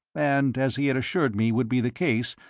and, as he had assured me would be the case,